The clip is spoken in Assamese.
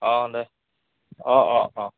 অঁ দে অঁ অঁ অঁ